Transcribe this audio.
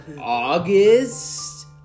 August